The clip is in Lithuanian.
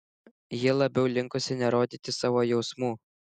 ji labiau linkusi nerodyti savo jausmų